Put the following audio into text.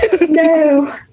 No